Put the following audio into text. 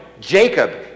Jacob